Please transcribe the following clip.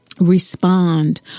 Respond